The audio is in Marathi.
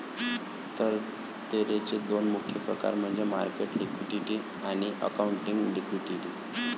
तरलतेचे दोन मुख्य प्रकार म्हणजे मार्केट लिक्विडिटी आणि अकाउंटिंग लिक्विडिटी